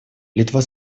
литва